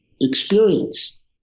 experience